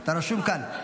אתה רשום כאן.